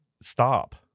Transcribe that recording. stop